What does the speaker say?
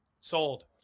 Sold